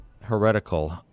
heretical